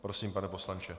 Prosím, pane poslanče.